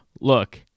look